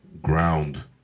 ground